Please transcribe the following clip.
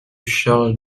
charles